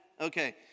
Okay